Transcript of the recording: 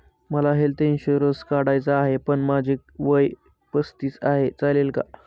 मला health insurance काढायचा आहे पण माझे वय पस्तीस आहे, चालेल का?